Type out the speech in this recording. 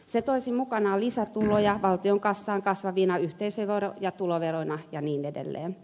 se toisi mukanaan lisätuloja valtion kassaan kasvavina yhteisöveroina ja tuloveroina ja niin edelleen